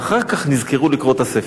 ואחר כך נזכרו לקרוא את הספר.